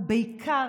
ובעיקר